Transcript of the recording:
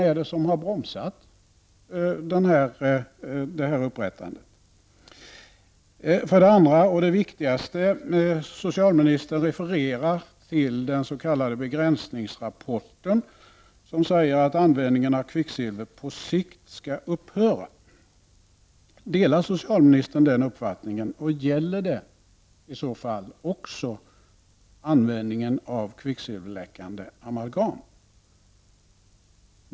Vem har bromsat upprättandet av ett sådant register? Min viktigaste fråga gäller följande. Socialministern refererade till den s.k. begränsningsrapporten i vilken det sägs att användningen av kvicksilver på sikt skall upphöra. Delar socialministern den uppfattningen, och gäller det i så fall även användningen av kvicksilverläckande amalgam?